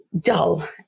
dull